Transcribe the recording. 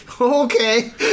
Okay